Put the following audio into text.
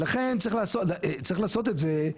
ולכן צריך לעשות צריך לעשות את זה.